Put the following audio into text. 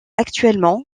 actuellement